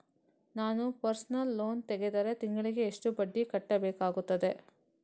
ನಾನು personal loan ತೆಗೆದರೆ ತಿಂಗಳಿಗೆ ಎಷ್ಟು ಬಡ್ಡಿ ಕಟ್ಟಬೇಕಾಗುತ್ತದೆ?